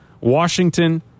Washington